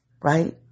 right